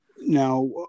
Now